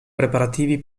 preparativi